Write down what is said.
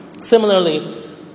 Similarly